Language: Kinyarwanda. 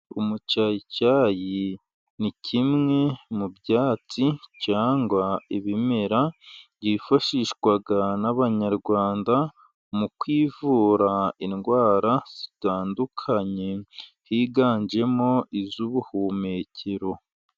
Umucyayicyayi ni kimwe mu byatsi cyangwa ibimera byifashishwa n'Abanyarwanda, mu kwivura indwara zitandukanye. Higanjemo iz'ubuhumekero.